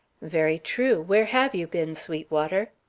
very true. where have you been, sweetwater?